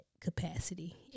capacity